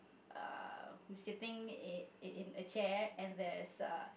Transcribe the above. uh who sitting in in a chair and there is a